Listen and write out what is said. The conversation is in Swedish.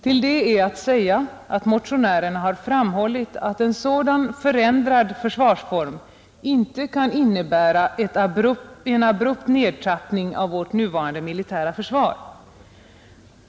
Till det är att säga att motionärerna har framhållit att en sådan förändrad försvarsform inte kan innebära en abrupt nedtrappning av vårt nuvarande militära försvar.